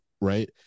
right